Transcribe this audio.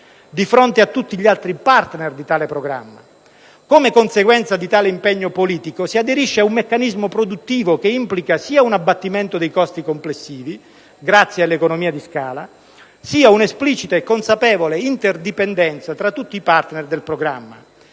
di fronte a tutti gli altri *partner* di tale programma. Come conseguenza di tale impegno politico si aderisce a un meccanismo produttivo che implica sia un abbattimento dei costi complessivi, grazie alle economie di scala, sia un'esplicita e consapevole interdipendenza tra tutti i *partner* del programma.